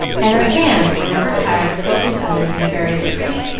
and her hands were never tired of helping others in various pretty,